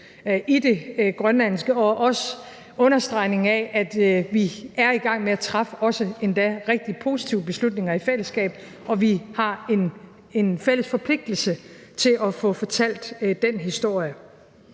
i det grønlandske, og der var også en understregning af, at vi er i gang med at træffe også endda rigtig positive beslutninger i fællesskab, og at vi har en fælles forpligtelse til at få fortalt dén historie.